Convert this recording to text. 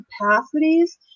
capacities